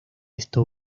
está